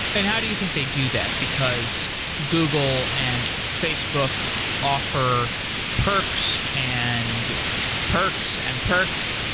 and how do you think they do that? because google and facebook offer perks and perks and perks,